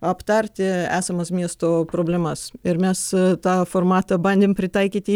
aptarti esamas miesto problemas ir mes tą formatą bandėm pritaikyti